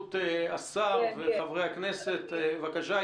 התייחסות השר וחברי הכנסת, בבקשה.